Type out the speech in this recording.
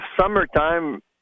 summertime